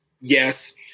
Yes